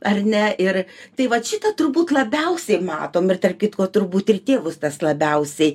ar ne ir tai vat šitą turbūt labiausiai matom ir tarp kitko turbūt ir tėvus tas labiausiai